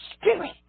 spirit